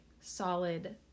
solid